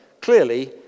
clearly